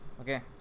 okay